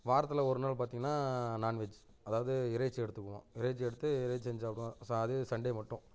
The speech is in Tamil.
வாரத்தில் ஒரு நாள் பார்த்திங்கன்னா நான்வெஜ் அதாவது இறைச்சி எடுத்துக்குவோம் இறைச்சி எடுத்து இறைச்சி செஞ்சு சாப்பிடுவோம் ச அதுவும் சண்டே மட்டும்